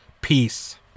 Peace